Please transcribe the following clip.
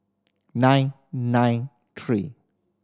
nine nine three